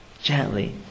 gently